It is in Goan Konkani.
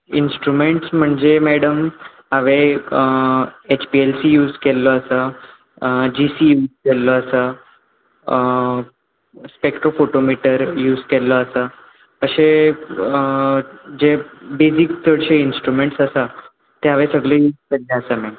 इंस्ट्रुमँट्स म्हणजे मॅडम हांवें एक एक्स्पिएलसी यूज केल्लो आसा जीसी यूज केल्लो आसा स्पॅक्टोफोटोमिटर यूज केल्लो आसा तशेंतच जे बेजीक चडशे इंस्ट्रुमँट्स आसात ते हांवें सगले यूज केल्ले आसात मॅम